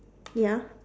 ya